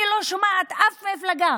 אני לא שומעת אף מפלגה